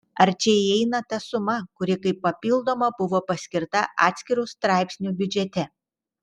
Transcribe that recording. ar čia įeina ta suma kuri kaip papildoma buvo paskirta atskiru straipsniu biudžete